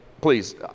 please